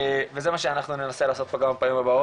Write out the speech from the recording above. בוקר טוב לכל הנוכחים והנוכחות.